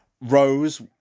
Rose